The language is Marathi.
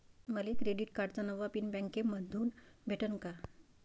मले क्रेडिट कार्डाचा नवा पिन बँकेमंधून भेटन का?